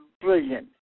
brilliant